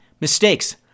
Mistakes